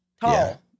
tall